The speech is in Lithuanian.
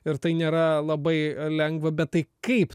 ir tai nėra labai lengva bet tai kaip